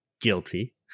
Guilty